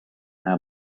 how